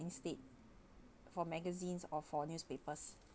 instead for magazines or for newspapers